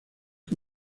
que